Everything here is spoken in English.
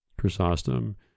chrysostom